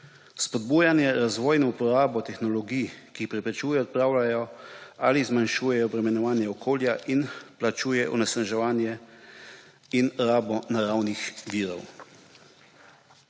spodbuja razvoj in uporabo tehnologij, ki preprečujejo, odpravljajo ali zmanjšujejo obremenjevanje okolja in plačuje onesnaževanje in rabo naravnih virov.